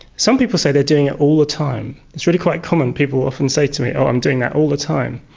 some people say they are doing it all the time. it's really quite common, people will often say to me, oh, i'm doing that all the time.